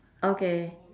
okay